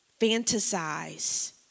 fantasize